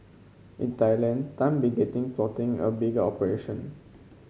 in Thailand Tan plotting a bigger operation